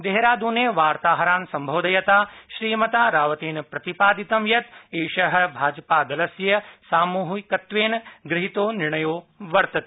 देहरादने वार्ताहरान् सम्बोधयता श्रीमता रावतेन प्रतिपादितं यत् एषः भाजपादलस्य सामूहिकत्वेन गृहीतो निर्णयो वर्तते